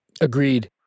Agreed